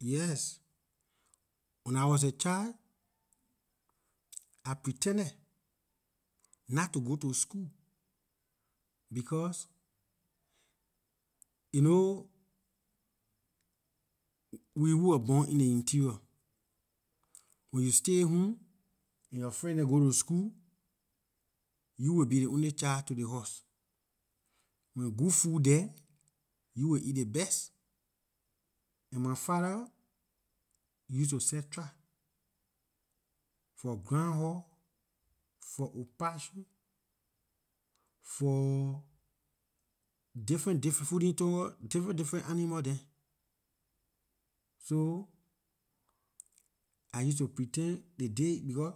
Yes, when I was a child I pretended not to go to school because you know we who wor born in ley interior when you stay home and yor friend dem go to school you will be ley only child to ley house when good food there you will eat ley best and my father used to set trap for groundhog for opossum for different different folletongur different different animal dem so I used to pretend ley day becor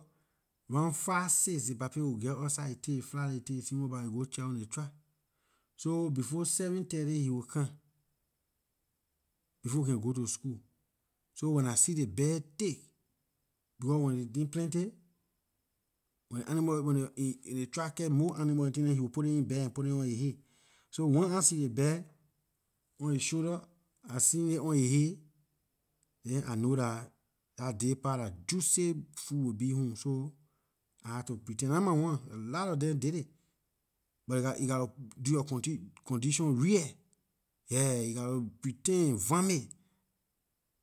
round five six ley papay will geh outside he take his flashlight take his single barrel he go check on ley trap seven thirty he will come before we can go to school so when I see ley bag thick becor when ley tin plenty when ley animal neh leh trap catch more animal and tin dem he will put it in bag and put it on his heey so once I see his bag on his shoulder I seeing it on his heey than I know that dah day dah juicy food will be home so I have to pretend nah my one a lot lor dem did it but you gotta do yor condition real, yeah you gotta pretend and vomit